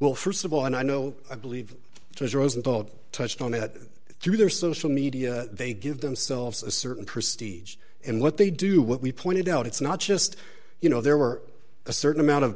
well st of all and i know i believe it was rosenthal touched on it through their social media they give themselves a certain prestigious in what they do what we pointed out it's not just you know there were a certain amount of